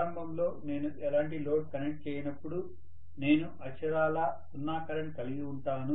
ప్రారంభంలో నేను ఎలాంటి లోడ్ కనెక్ట్ చేయనప్పుడు నేను అక్షరాలా సున్నా కరెంట్ కలిగి ఉంటాను